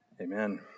Amen